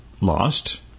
Lost